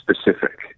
specific